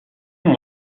non